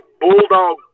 bulldog